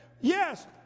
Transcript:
yes